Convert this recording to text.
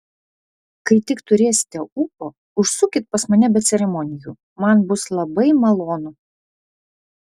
kai tik turėsite ūpo užsukit pas mane be ceremonijų man bus labai malonu